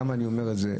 למה אני אומר את זה?